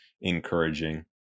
encouraging